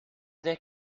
that